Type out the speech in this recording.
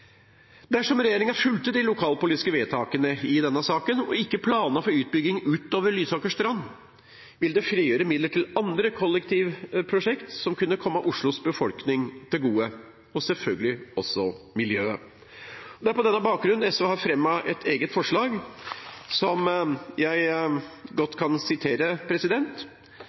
Dersom regjeringen fulgte de lokalpolitiske vedtakene i denne saken og ikke planla for utbygging utover Lysaker–Strand, ville det frigjøre midler til andre kollektivprosjekter som kunne kommet Oslos befolkning, og selvfølgelig også miljøet, til gode. Det er på denne bakgrunn SV har fremmet et eget forslag, som jeg godt kan sitere: